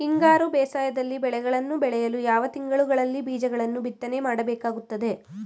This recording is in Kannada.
ಹಿಂಗಾರು ಬೇಸಾಯದಲ್ಲಿ ಬೆಳೆಗಳನ್ನು ಬೆಳೆಯಲು ಯಾವ ತಿಂಗಳುಗಳಲ್ಲಿ ಬೀಜಗಳನ್ನು ಬಿತ್ತನೆ ಮಾಡಬೇಕಾಗುತ್ತದೆ?